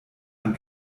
man